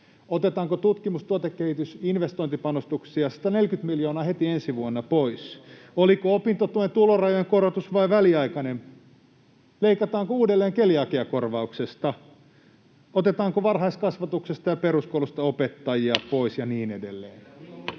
Otetaanko tutkimus- ja tuotekehitysinvestointipanostuksista 140 miljoonaa heti ensi vuonna pois? Oliko opintotuen tulorajojen korotus vain väliaikainen? Leikataanko uudelleen keliakiakorvauksesta? Otetaanko varhaiskasvatuksesta ja peruskoulusta opettajia